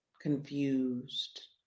confused